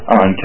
on